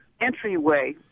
entryway